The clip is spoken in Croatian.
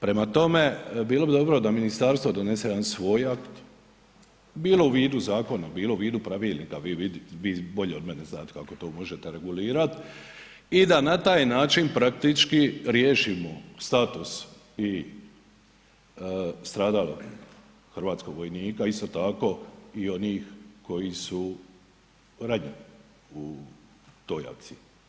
Prema tome, bilo bi dobro da ministarstvo donese jedan svoj akt bilo u vidu zakona, bilo u vidu pravilnika, vi vidite, vi bolje od mene znate kako to možete regulirat i da na taj način praktički riješimo status i stradalog hrvatskog vojnika, isto tako i onih koji su ranjeni u toj akciji.